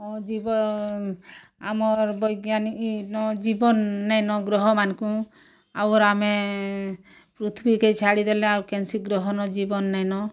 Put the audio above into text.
ହଁ ଜୀବ ଆମର୍ ବୈଜ୍ଞାନିନ୍ ଜୀବନ୍ ନାଇଁ ନ ଗ୍ରହ ମାନଙ୍କୁ ଆଉର୍ ଆମେ ପୃଥିବି କେ ଛାଡ଼ି ଦେଲେ ଆଉ କେନ୍ସି ଗ୍ରହ ନ ଜୀବନ୍ ନାଇଁ ନ